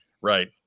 Right